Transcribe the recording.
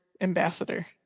ambassador